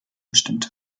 bestimmt